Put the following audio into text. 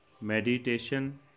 meditation